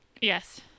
Yes